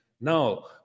now